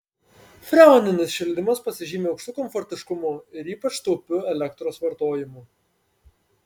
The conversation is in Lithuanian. freoninis šildymas pasižymi aukštu komfortiškumu ir ypač taupiu elektros vartojimu